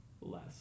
less